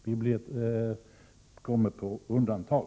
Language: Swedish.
Vi kommer på undantag.